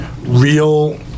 real